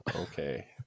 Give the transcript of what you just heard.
Okay